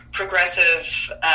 Progressive